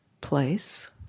place